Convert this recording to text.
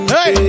Hey